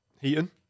Heaton